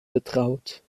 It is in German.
betraut